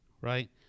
right